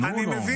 תנו לו.